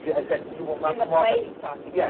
he said, you will not in the play, he's talking yeah